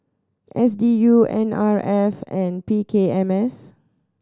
S D U N R F and P K M S